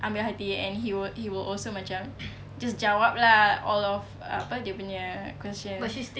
ambil hati and he would he will also macam just jawab lah all of apa dia punya questions